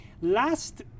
Last